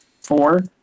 Four